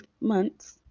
months